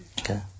okay